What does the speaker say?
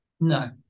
No